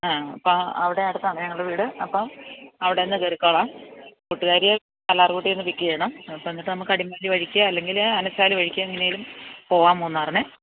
ആ അപ്പോള് അവിടെ അടുത്താണെ ഞങ്ങളുടെ വീട് അപ്പോള് അവിടെനിന്നു കയറിക്കോളാം കൂട്ടുകാരിയെ കല്ലാർകുട്ടിയില്നിന്നു പിക്കിയേണം എന്നിട്ട് നമ്മള്ക്ക് അടിമാലി വഴിക്ക് അല്ലെങ്കില് ആനച്ചാല് വഴിക്ക് എങ്ങനേലും പോവാം മൂന്നാറിന്